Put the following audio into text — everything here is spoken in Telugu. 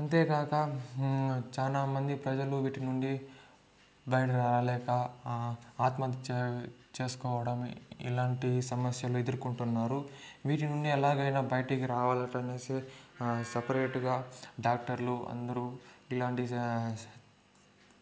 అంతేకాక చాలా మంది ప్రజలు వీటి నుండి బయటకి రాలేక ఆత్మహత్య చే చేసుకోవడం ఇలాంటి సమస్యలు ఎదుర్కొంటున్నారు వీటి నుండి ఎలాగైనా బయటికి రావాలనేసే సపరేట్గా డాక్టర్లు అందరూ ఇలాంటి